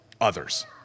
others